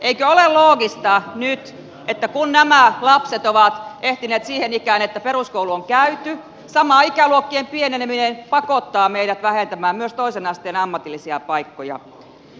eikö ole loogista että kun nyt nämä lapset ovat ehtineet siihen ikään että peruskoulu on käyty sama ikäluokkien pieneneminen pakottaa meidät vähentämään myös toisen asteen ammatillisia paikkoja